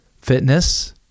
fitness